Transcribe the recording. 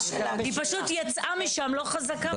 היא פשוט יצאה משם לא חזקה מספיק.